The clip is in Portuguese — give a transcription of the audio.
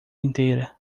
inteira